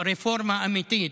רפורמה אמיתית,